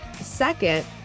Second